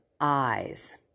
eyes